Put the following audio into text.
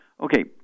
Okay